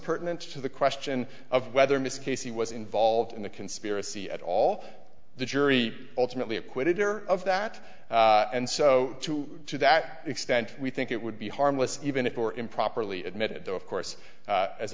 pertinent to the question of whether miss casey was involved in the conspiracy at all the jury ultimately acquitted or of that and so to that extent we think it would be harmless even if it were improperly admitted though of course